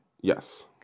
Yes